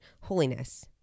holiness